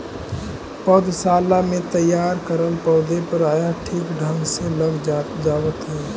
पौधशाला में तैयार करल पौधे प्रायः ठीक ढंग से लग जावत है